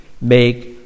make